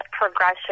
progression